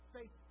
Faith